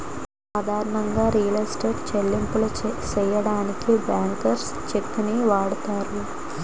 సాధారణంగా real estate చెల్లింపులు సెయ్యడానికి బ్యాంకర్స్ చెక్కుని వాడతారు